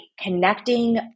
connecting